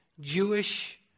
Jewish